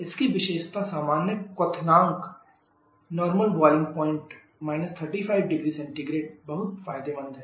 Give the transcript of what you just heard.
इसकी विशेषता सामान्य क्वथनांक 35 ℃ बहुत फायदेमंद है